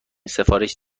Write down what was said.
سفارش